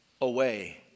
away